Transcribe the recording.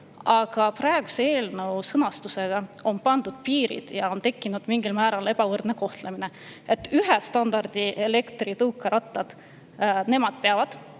aga praeguse eelnõu sõnastusega on pandud piirid ja on tekkinud mingil määral ebavõrdne kohtlemine. Ühe standardi elektritõukeratastele peab